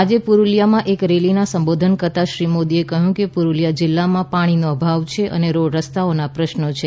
આજે પુરૂલિયામાં એક રેલીને સંબોધન કરતાં શ્રી મોદીએ કહ્યું કે પુરૂલિયા જિલ્લામાં પાણીનો અભાવ છે અને રોડ રસ્તાઓના પ્રશ્નો છે